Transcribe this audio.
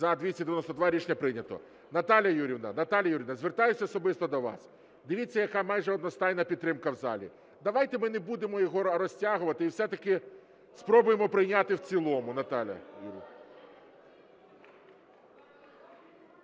За-292 Рішення прийнято. Наталія Юріївна, звертаюся особисто до вас. Дивіться, яка майже одностайна підтримка в залі. Давайте ми не будемо його розтягувати і все-таки спробуємо прийняти в цілому,